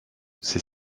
c’est